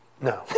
No